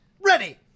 Ready